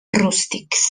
rústics